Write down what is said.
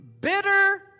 bitter